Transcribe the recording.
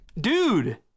Dude